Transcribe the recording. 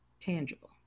tangible